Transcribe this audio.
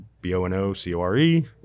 B-O-N-O-C-O-R-E